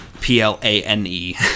P-L-A-N-E